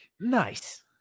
Nice